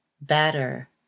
better